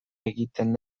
egiten